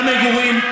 גם מגורים,